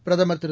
பிரதமர் திரு